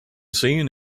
seen